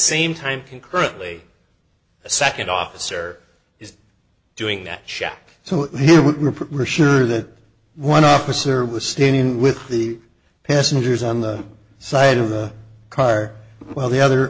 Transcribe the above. same time concurrently a second officer doing that shack so we're sure that one officer was standing with the passengers on the side of the car while the other